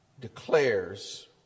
declares